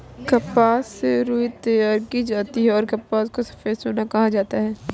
कपास से रुई तैयार की जाती हैंऔर कपास को सफेद सोना कहा जाता हैं